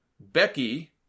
Becky